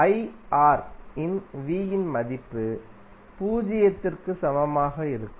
IR இன் V இன் மதிப்பு பூஜ்ஜியத்திற்கு சமமாக இருக்கும்